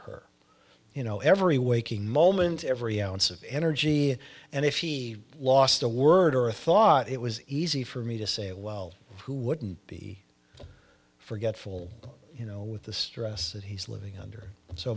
her you know every waking moment every ounce of energy and and if he lost a word or a thought it was easy for me to say well who wouldn't be forgetful you know with the stress that he's living under so